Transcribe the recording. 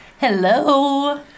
Hello